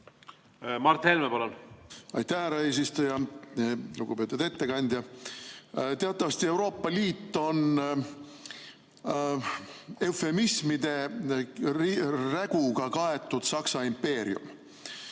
Mart Helme, palun! Aitäh, härra eesistuja! Lugupeetud ettekandja! Teatavasti Euroopa Liit on eufemismide räguga kaetud Saksa impeerium.